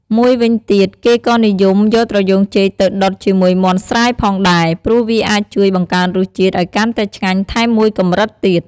មួយវិញទៀត គេក៏និយមយកត្រយូងចេកទៅដុតជាមួយមាន់ស្រែផងដែរ ព្រោះវាអាចជួយបង្កើនរសជាតិឱ្យកាន់តែឆ្ងាញ់ថែមមួយកម្រិតទៀត។